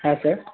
হ্যাঁ স্যার